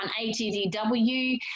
ATDW